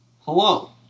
Hello